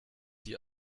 die